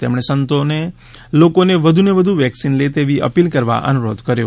તેમણે સંતોને લોકો વધુને વધુ વેક્સિન લે તેવી અપીલ કરવા અનુરોધ કર્યો